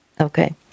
Okay